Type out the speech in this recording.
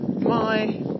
my-